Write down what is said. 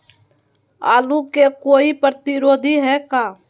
आलू के कोई प्रतिरोधी है का?